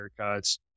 haircuts